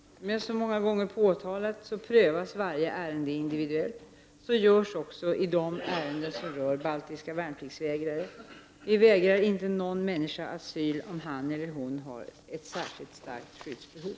Såsom jag så många gånger påpekat prövas varje ärende individuellt. Så görs också i de ärenden som rör baltiska värnpliktsvägrare. Vi förvägrar inte någon människa asyl om han eller hon har ett särskilt starkt skyddsbehov.